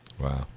Wow